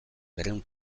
berrehun